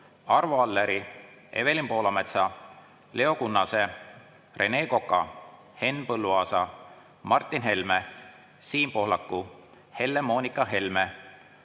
Arvo Alleri, Evelin Poolametsa, Leo Kunnase, Rene Koka, Henn Põlluaasa, Martin Helme, Siim Pohlaku, Helle-Moonika Helme,